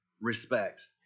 respect